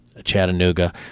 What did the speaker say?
Chattanooga